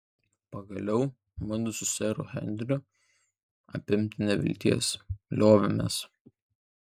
pagaliau mudu su seru henriu apimti nevilties liovėmės